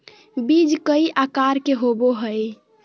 बीज कई आकार के होबो हइ